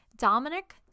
Dominic